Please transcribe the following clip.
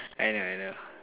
I know I know